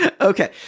Okay